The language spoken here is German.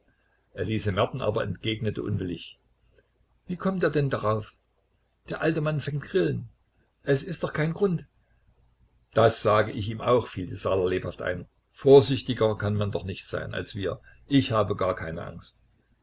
elise merten aber entgegnete unwillig wie kommt er denn darauf der alte mann fängt grillen es ist doch kein grund das sage ich ihm auch fiel die saaler lebhaft ein vorsichtiger kann man doch nicht sein als wir ich habe gar keine angst